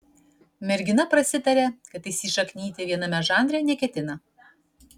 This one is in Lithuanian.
mergina prasitarė kad įsišaknyti viename žanre neketina